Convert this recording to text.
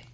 Javadekar